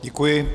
Děkuji.